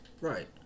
Right